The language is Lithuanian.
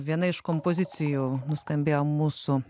viena iš kompozicijų nuskambėjo mūsų